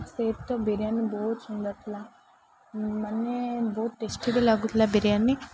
ସେ ତ ବିରିୟାନୀ ବହୁତ ସୁନ୍ଦର ଥିଲା ମାନେ ବହୁତ ଟେଷ୍ଟି ବି ଲାଗୁଥିଲା ବିରିୟାନୀ